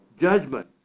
Judgment